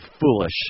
foolish